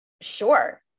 sure